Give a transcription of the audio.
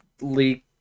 leak